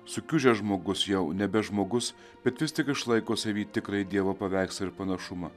sukiužęs žmogus jau nebe žmogus bet vis tik išlaiko savy tikrąjį dievo paveikslą ir panašumą